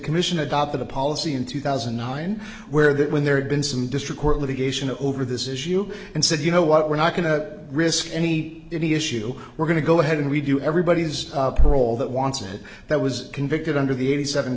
commission adopted a policy in two thousand and nine where that when there had been some district court litigation over this issue and said you know what we're not going to risk any any issue we're going to go ahead and we do everybody's parole that wants it that was convicted under the eighty seven